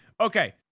Okay